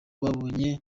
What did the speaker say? babonye